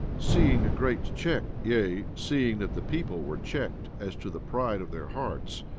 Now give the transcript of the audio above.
seeing a great check, yea, seeing that the people were checked as to the pride of their hearts,